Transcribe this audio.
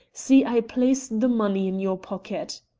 see, i place the money in your pocket